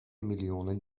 millionen